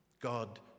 God